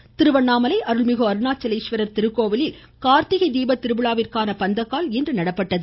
கோவில் திருவண்ணாமலை அருள்மிகு அருணாச்சலேஸ்வரர் திருக்கோவிலில் கார்த்திகை தீபத் திருவிழாவிற்கான பந்தக்கால் இன்று நடப்பட்டது